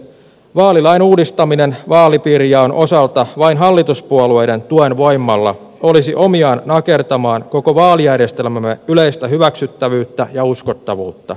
vaalilain uudistaminen vaalipiirijaon osalta vain hallituspuolueiden tuen voimalla olisi omiaan nakertamaan koko vaalijärjestelmämme yleistä hyväksyttävyyttä ja uskottavuutta